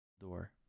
Door